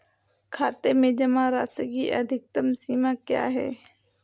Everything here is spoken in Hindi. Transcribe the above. खाते में जमा राशि की अधिकतम सीमा क्या है?